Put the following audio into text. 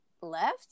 left